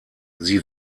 sie